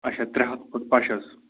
اَچھا ترٛےٚ ہَتھ فُٹ پَششس